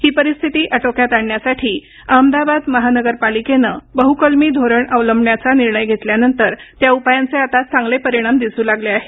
ही परिस्थिती अटोक्यात आणण्यासाठी अहमदाबाद महानगरपालिकेनं बहुकलमी धोरण अवलंबण्याचा निर्णय घेतल्यानंतर त्या उपायांचे आता चांगले परिणाम दिसू लागले आहेत